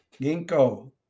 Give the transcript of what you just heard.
ginkgo